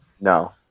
No